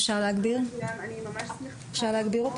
אני ממש שמחה להיות פה,